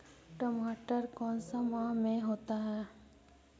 टमाटर कौन सा माह में होता है?